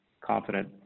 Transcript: confident